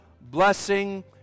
blessing